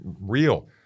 real